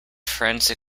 forensic